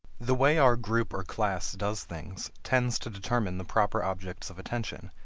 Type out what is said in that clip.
the way our group or class does things tends to determine the proper objects of attention,